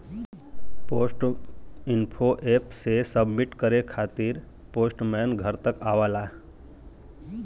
post info app से submit करे खातिर पोस्टमैन घर तक आवला